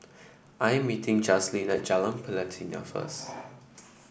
I am meeting Jazlene at Jalan Pelatina first